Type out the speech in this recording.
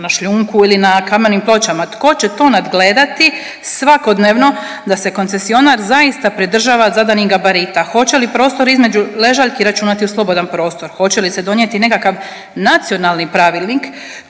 na šljunku ili na kamenim pločama, tko će to nagledati svakodnevno da se koncesionar zaista pridržava zadanih gabarita? Hoće li prostor između ležaljki računati u slobodan prostor? Hoće li se donijeti nekakav nacionalni pravilnik,